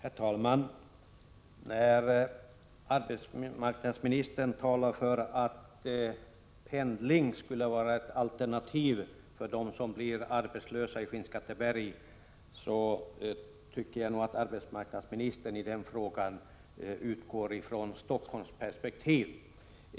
Herr talman! När arbetsmarknadsministern talar för att pendling skulle vara ett alternativ för dem som blir arbetslösa i Skinnskatteberg tycker jag att arbetsmarknadsministern utgår från ett Stockholmsperspektiv.